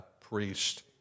priest